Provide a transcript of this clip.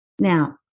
Now